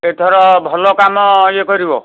ଏଥର ଭଲକାମ ଇଏ କରିବ